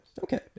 okay